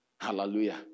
Hallelujah